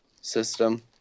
system